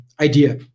idea